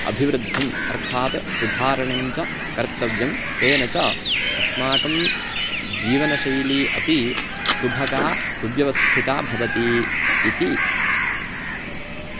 अभिवृद्धिम् अर्थात् सुधारणञ्च कर्तव्यं तेन च अस्माकं जीवनशैली अपि सुभगा सुव्यवस्थिता भवति इति